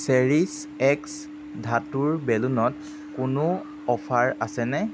Cherish এক্স ধাতুৰ বেলুনত কোনো অফাৰ আছেনে